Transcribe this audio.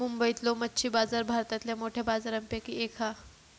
मुंबईतलो मच्छी बाजार भारतातल्या मोठ्या बाजारांपैकी एक हा